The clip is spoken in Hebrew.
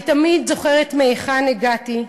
אני תמיד זוכרת מהיכן הגעתי,